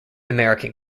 american